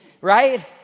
right